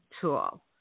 tool